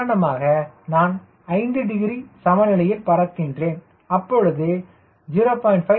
உதாரணமாக நான் 5 டிகிரி சமநிலையில் பறக்கின்றேன் அப்பொழுது 0